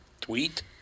tweet